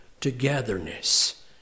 togetherness